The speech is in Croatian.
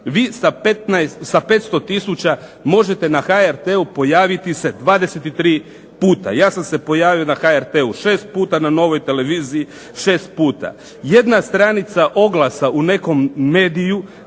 vi sa 500 tisuća možete na HRT-u pojaviti se 23 puta. Ja sam se pojavio na HRT-u 6 puta, na Novoj tv 6 puta. Jedna stranica oglasa u nekom mediju,